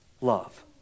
love